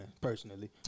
personally